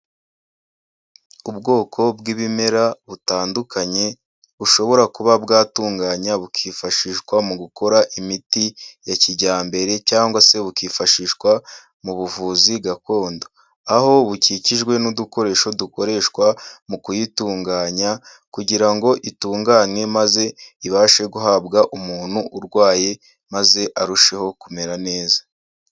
Ubwoko bw'ibimera butandukanye bushobora kuba bwatunganywa bukifashishwa mu gukora imiti ya kijyambere cyangwase bukifashishwa mu buvuzi gakondo, aho bukikijwe n'udukoresho dukoreshwa mu kuyitunganya, kugira ngo itungane maze ibashe guhabwa umuntu urwaye, maze arusheho kumera neza.